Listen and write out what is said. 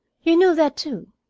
you knew that, too!